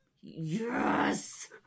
yes